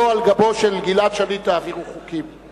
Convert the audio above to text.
לא על גבו של גלעד שליט תעבירו חוקים.